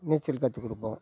நீச்சல் கற்று கொடுப்போம்